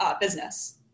business